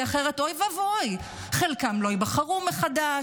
כי אחרת, או ואבוי, חלקם לא ייבחרו מחדש.